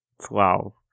12